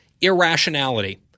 irrationality